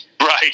Right